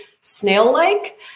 snail-like